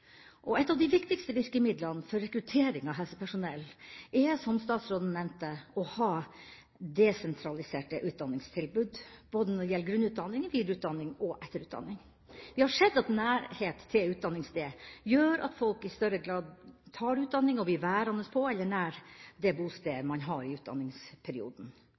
og styrke de faktorene som kan føre oss i den retninga vi ønsker. Et av de viktigste virkemidlene for rekruttering av helsepersonell er, som statsråden nevnte, å ha desentraliserte utdanningstilbud, både når det gjelder grunnutdanning, videreutdanning og etterutdanning. Vi har sett at nærhet til utdanningssted gjør at folk i større grad tar utdanning og blir værende på eller nær det bostedet man har i